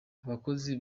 abakozi